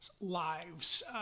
lives